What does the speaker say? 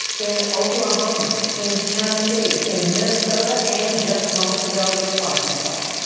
in oklahoma, in tennessee, in minnesota, and just moments ago in arkansas.